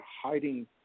hiding